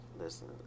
listen